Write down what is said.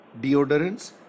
deodorants